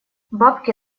бабке